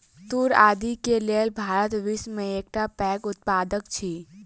तूर आदि के लेल भारत विश्व में एकटा पैघ उत्पादक अछि